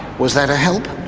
was that a help?